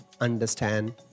understand